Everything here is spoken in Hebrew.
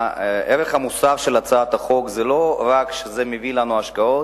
הערך המוסף של הצעת החוק זה לא רק שזה מביא לנו השקעות,